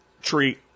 treat